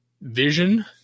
vision